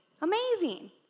amazing